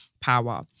power